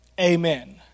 Amen